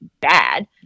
bad